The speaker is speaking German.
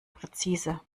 präzise